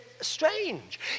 strange